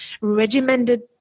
regimented